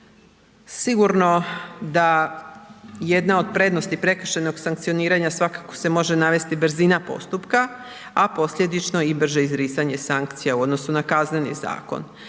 Sigurno da jedna od prednosti prekršajnog sankcioniranja svakako se može navesti brzina postupka, a posljedično i brže izricanje sankcija u odnosu na Kazneni zakon.